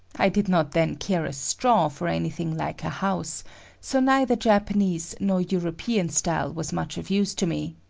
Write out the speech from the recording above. i did not then care a straw for anything like a house so neither japanese nor european style was much of use to me,